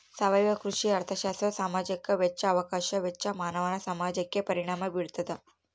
ಸಾವಯವ ಕೃಷಿ ಅರ್ಥಶಾಸ್ತ್ರ ಸಾಮಾಜಿಕ ವೆಚ್ಚ ಅವಕಾಶ ವೆಚ್ಚ ಮಾನವ ಸಮಾಜಕ್ಕೆ ಪರಿಣಾಮ ಬೀರ್ತಾದ